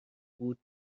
بود